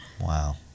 Wow